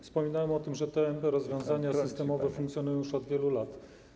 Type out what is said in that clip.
Wspominałem o tym, że te rozwiązania systemowe funkcjonują już od wielu lat.